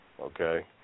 okay